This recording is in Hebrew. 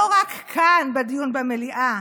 לא רק כאן בדיון במליאה